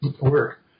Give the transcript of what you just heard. work